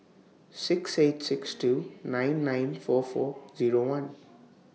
six eight six two nine nine four four Zero one